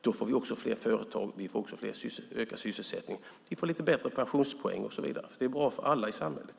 Då blir det fler företag, ökad sysselsättning, bättre pensionspoäng och så vidare. Det är bra för alla i samhället.